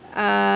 uh